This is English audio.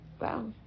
wow